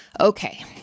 Okay